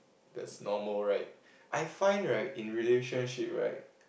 that's normal right I find right in relationship right